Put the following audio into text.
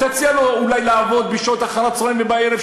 תציע לו אולי לעבוד בשעות אחר-הצהריים והערב,